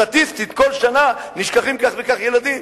סטטיסטית כל שנה נשכחים כך וכך ילדים,